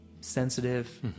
sensitive